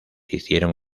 hicieron